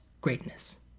greatness